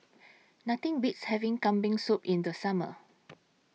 Nothing Beats having Kambing Soup in The Summer